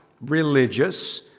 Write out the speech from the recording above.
religious